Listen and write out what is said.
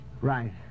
Right